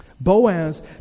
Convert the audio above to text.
Boaz